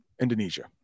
Indonesia